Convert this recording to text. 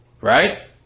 right